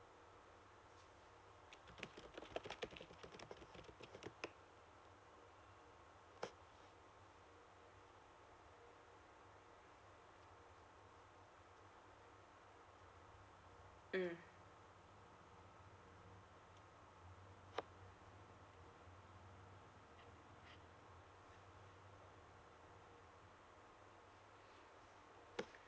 mm